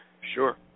Sure